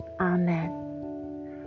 Amen